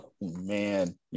man